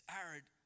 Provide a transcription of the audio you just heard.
arid